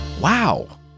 Wow